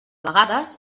vegades